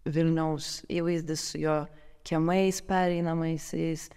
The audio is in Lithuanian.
vilniaus įvaizdis jo kiemais pereinamaisiais